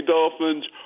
Dolphins